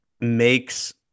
makes